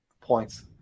points